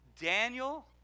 Daniel